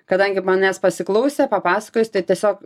kadangi manęs pasiklausė papasakojus tai tiesiog